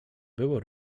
było